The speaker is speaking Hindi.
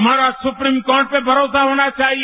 हमारा सुप्रीम कोर्ट पे भरोसा होना चाहिए